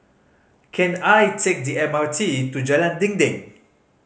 can I take the M R T to Jalan Dinding